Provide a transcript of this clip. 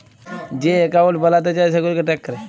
যে একাউল্ট বালাতে চায় সেগুলাকে ট্র্যাক ক্যরে